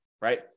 right